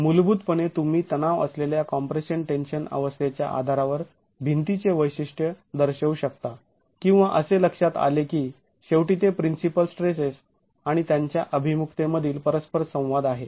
मूलभूत पणे तुम्ही तणाव असलेल्या कॉम्प्रेशन टेन्शन अवस्थेच्या आधारावर भिंतीचे वैशिष्ट्य दर्शवू शकता किंवा असे लक्षात आले की शेवटी ते प्रिन्सिपल स्ट्रेसेस आणि त्यांच्या अभिमुखतेमधील परस्पर संवाद आहे